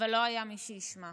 אבל לא היה מי שישמע.